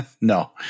No